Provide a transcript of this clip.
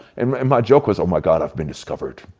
um and my joke was, oh my god, i've been discovered.